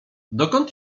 dokąd